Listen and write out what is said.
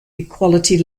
equality